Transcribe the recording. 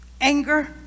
Anger